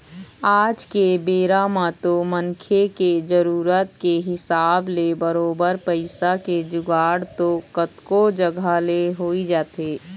आज के बेरा म तो मनखे के जरुरत के हिसाब ले बरोबर पइसा के जुगाड़ तो कतको जघा ले होइ जाथे